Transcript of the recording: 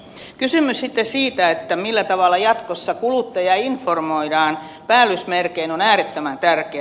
kysymys sitten siitä millä tavalla jatkossa kuluttajaa informoidaan päällysmerkein on äärettömän tärkeä